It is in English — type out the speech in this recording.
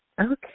Okay